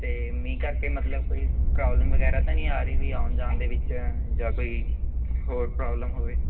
ਅਤੇ ਮੀਂਹ ਕਰਕੇ ਮਤਲਬ ਕੋਈ ਪ੍ਰੋਬਲਮ ਵਗੈਰਾ ਤਾਂ ਨਹੀਂ ਆ ਰਹੀ ਵੀ ਆਉਣ ਜਾਣ ਦੇ ਵਿੱਚ ਜਾਂ ਕੋਈ ਹੋਰ ਪ੍ਰੋਬਲਮ ਹੋਵੇ